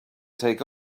take